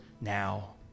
now